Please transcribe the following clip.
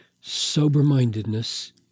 sober-mindedness